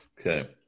Okay